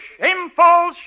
Shameful